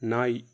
நாய்